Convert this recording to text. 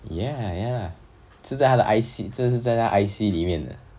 ya ya lah 这是在她的 I_C 这是在她的 I_C 里面的